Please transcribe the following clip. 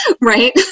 Right